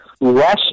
less